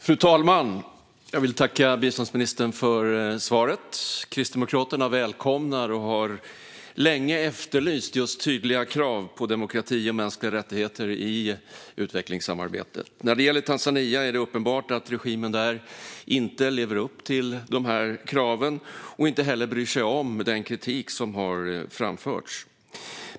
Fru talman! Jag vill tacka biståndsministern för svaret. Kristdemokraterna välkomnar och har länge efterlyst just tydliga krav på demokrati och mänskliga rättigheter i utvecklingssamarbetet. När det gäller Tanzania är det uppenbart att regimen där inte lever upp till dessa krav och inte heller bryr sig om den kritik som har framförts.